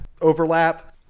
overlap